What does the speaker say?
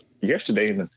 yesterday